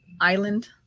Island